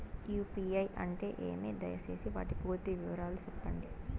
UPI అంటే ఏమి? దయసేసి వాటి పూర్తి వివరాలు సెప్పండి?